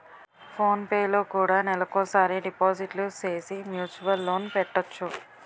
phone పేలో కూడా నెలకోసారి డిపాజిట్లు సేసి మ్యూచువల్ లోన్ పెట్టొచ్చు